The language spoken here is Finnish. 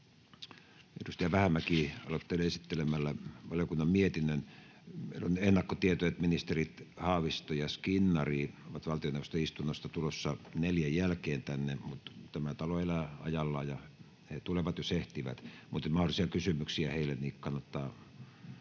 Edustaja Vähämäki aloittaa esittelemällä valiokunnan mietinnön. Meillä on ennakkotieto, että ministerit Haavisto ja Skinnari ovat valtioneuvoston istunnosta tulossa neljän jälkeen tänne, mutta tämä talo elää ajallaan, ja he tulevat, jos ehtivät. Mutta jos on mahdollisia kysymyksiä heille, niin kannattaa